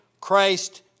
Christ